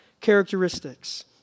characteristics